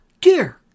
Dear